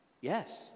yes